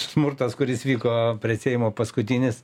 smurtas kuris vyko prie seimo paskutinis